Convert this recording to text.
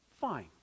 fine